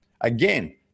Again